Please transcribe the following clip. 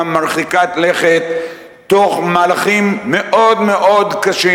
מרחיקת לכת תוך מהלכים מאוד מאוד קשים,